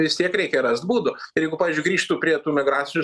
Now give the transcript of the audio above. vis tiek reikia rast būdų ir jeigu pavyzdžiui grįžtų prie tų migracinių